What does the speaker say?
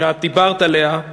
שאת דיברת עליה,